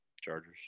Chargers